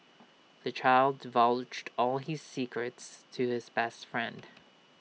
the child divulged all his secrets to his best friend